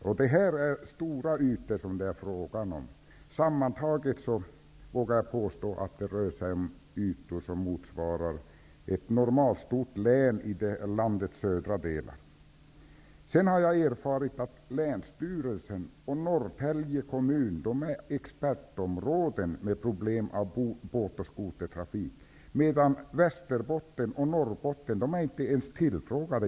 Jag vågar påstå att det sammantaget rör sig om ytor motsvarande ett normalstort län i landets södra delar. Jag har erfarit att Norrtälje kommun är expertområde för problem med båt och skotertrafik. I Västerbotten och Norrbotten har man däremot inte ens blivit tillfrågad.